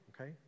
Okay